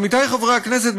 עמיתי חברי הכנסת,